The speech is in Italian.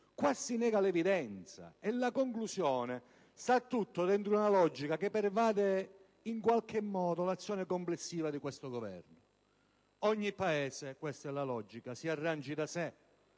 essa si nega l'evidenza e la conclusione sta tutta dentro una logica che pervade in qualche modo l'azione complessiva di questo Governo. Ogni Paese - questa è la logica - si arrangi da sé,